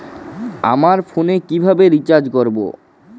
আমার ফোনে কিভাবে রিচার্জ করবো?